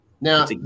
now